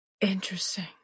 interesting